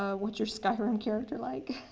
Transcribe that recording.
ah what's your skyrim character like?